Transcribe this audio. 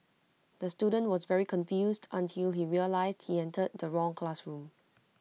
the student was very confused until he realised he entered the wrong classroom